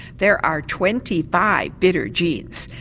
there are twenty five bitter genes,